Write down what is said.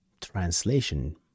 translation